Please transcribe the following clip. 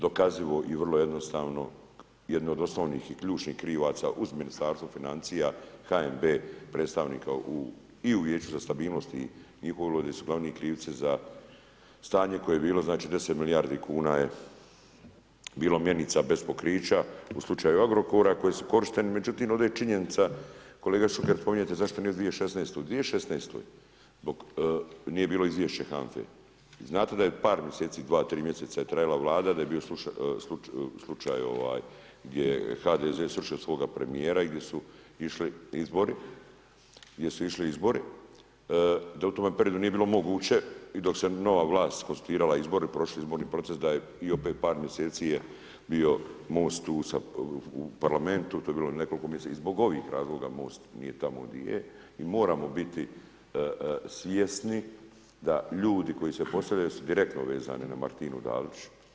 Dokazivo i vrlo jednostavno, jedno od osnovnih i ključnih krivaca uz Ministarstvo financija, HNB, predstavnika i u vijeće za stabilnosti i … su glavni krivci za, stanje koje je bilo, znači 10 milijardi kuna je bilo mjenica bez pokrića u slučaju Agrokora, koji su korišteni, međutim, ovdje je činjenica, kolega Šuker, spominjete zašto ne u 2016. 2016. zbog nije bilo izvješće HANFA-e, znate da je par mjeseci, 2, 3 mjeseca je trajala Vlada, da je bio slučaj gdje HDZ srušio svoga primjera gdje su išli izbori, gdje su išli izbori, da u tome periodu nije bilo moguće i dok se nova vlast konstituirala izbore, i prošli izborni proces da je i opet par mjeseci je bio Most u parlamentu, to je bilo nekoliko mjeseci i zbog ovih razloga Most nije tamo di je i mi moramo biti svjesni da ljudi koji su postavljeni su direktno vezani na Martinu Dalić.